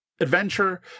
adventure